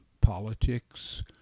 politics